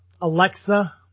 Alexa